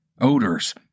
odors